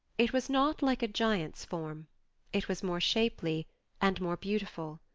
it was not like a giant's form it was more shapely and more beautiful.